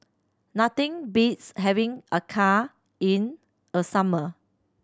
nothing beats having acar in a summer